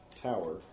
tower